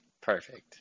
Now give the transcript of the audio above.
Perfect